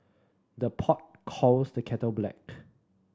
the pot calls the kettle black